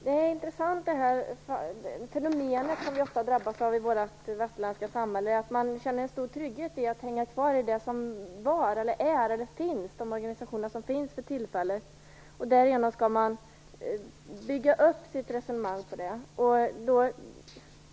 Herr talman! Det fenomen som vi ofta drabbas av i vårt västerländska samhälle är intressant, nämligen att vi känner en stor trygghet i att hänga kvar i de organisationer som finns för tillfället. Därigenom skall man bygga upp sitt resonemang på det.